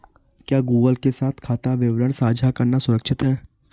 क्या गूगल के साथ खाता विवरण साझा करना सुरक्षित है?